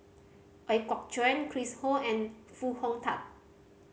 Ooi Kok Chuen Chris Ho and Foo Hong Tatt